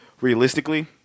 realistically